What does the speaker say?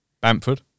Bamford